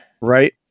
Right